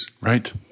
Right